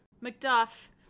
Macduff